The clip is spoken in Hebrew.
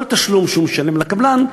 כל תשלום שהוא ישלם לקבלן,